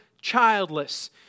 childless